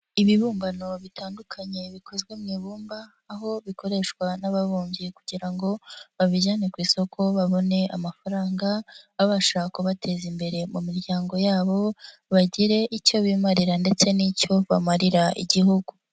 Ibibumbano bitandukanye bikozwe mu ibumba, aho bikoreshwa n'ababumbyi kugira ngo babijyane ku isoko babone amafaranga babasha kubateza imbere mu miryango yabo, bagire icyo bimarira ndetse n'icyo bamarira Igihugu.